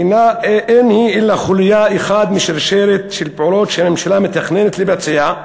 אין היא אלא חוליה אחת בשרשרת של פעולות שהממשלה מתכננת לבצע,